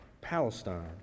Palestine